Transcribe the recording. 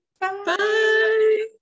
Bye